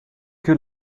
que